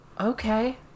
Okay